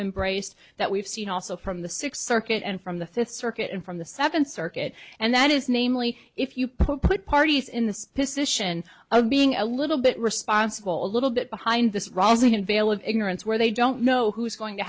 embraced that we've seen also from the sixth circuit and from the fifth circuit and from the second circuit and that is namely if you put parties in the position of being a little bit responsible a little bit behind this rising in veil of ignorance where they don't know who's going to